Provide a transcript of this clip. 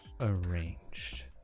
arranged